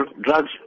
drugs